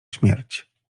śmierć